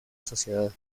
sociedad